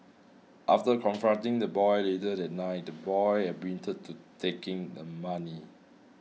after confronting the boy later that night the boy admitted to taking the money